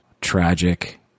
tragic